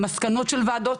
מסקנות של ועדות,